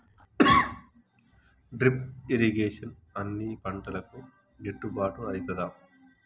Drip irrigation అన్ని పంటలకు గిట్టుబాటు ఐతదా?